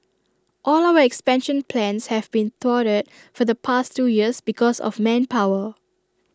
all our expansion plans have been thwarted for the past two years because of manpower